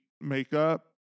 makeup